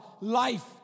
life